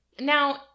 Now